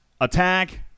attack